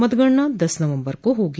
मतगणना दस नवम्बर को होगी